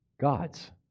God's